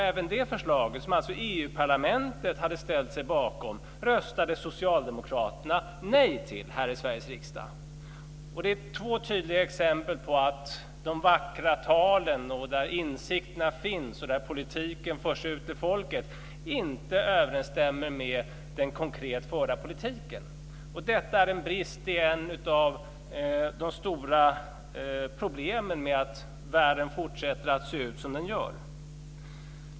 Även det förslaget, som alltså EU parlamentet hade ställt sig bakom, röstade socialdemokraterna nej till här i Sveriges riksdag. Detta är två tydliga exempel på att de vackra talen, där insikterna finns och där politiken förs ut till folket, inte överensstämmer med den konkret förda politiken. Detta är en brist och ett av de stora problem som gör att världen fortsätter att se ut som den gör.